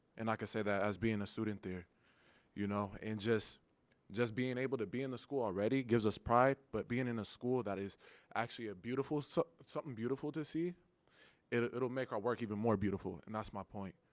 and i could say that as being a student there you know and just just being able to be in the school already gives us pride. but being in a school that is actually a beautiful so something beautiful to see it it'll make art work even more beautiful. and that's my point.